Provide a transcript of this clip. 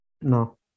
No